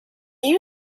you